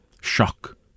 shock